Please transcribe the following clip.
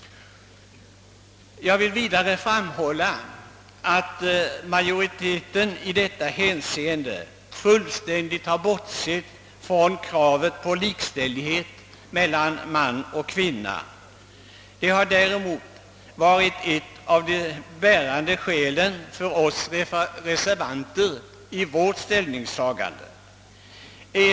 Jag vill vidare framhålla, att utskottsmajoriteten fullständigt tycks ha bortsett från kravet på likställighet mellan man och kvinna. Det har däremot varit ett av de bärande skälen för oss reservanter i vårt ställningstagande.